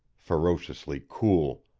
ferociously cool.